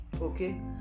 okay